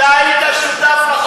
אתה היית שותף לחוק,